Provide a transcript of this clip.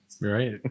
Right